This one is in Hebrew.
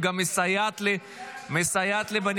מי שסומך על גלעד שבחמש דקות הוא ידבר,